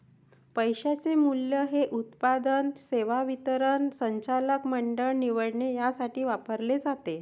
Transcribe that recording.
पैशाचे मूल्य हे उत्पादन, सेवा वितरण, संचालक मंडळ निवडणे यासाठी वापरले जाते